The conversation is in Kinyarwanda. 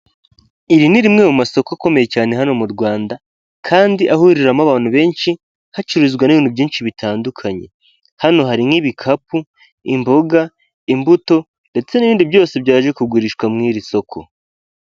Iri ni rimwe mu masoko akomeye cyane hano mu Rwanda kandi ahuriramo abantu benshi hacururizwa n'ibintu byinshi bitandukanye, hano hari nk'ibikapu, imboga, imbuto ndetse n'ibindi byose byaje kugurishwa mu iri soko.